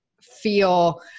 feel